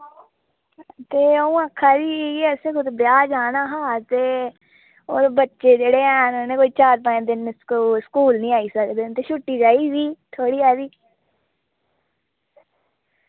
ते आऊं आक्खा दी ही के असैं कुतै ब्याह् जाना हा ते और बच्चे जेह्ड़े हैन इ'नें कोई चार पंज दिन स्कूल स्कूल नी आई सकदे न ते छुट्टी चाहिदी थोह्ड़ी हारी